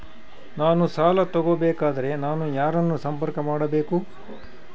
ನಾನು ಸಾಲ ತಗೋಬೇಕಾದರೆ ನಾನು ಯಾರನ್ನು ಸಂಪರ್ಕ ಮಾಡಬೇಕು?